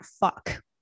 fuck